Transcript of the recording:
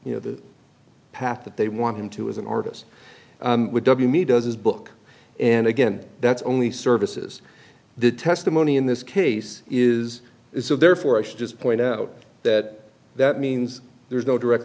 you know the path that they want him to as an artist does his book and again that's only services the testimony in this case is so therefore i should just point out that that means there's no direct